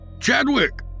Chadwick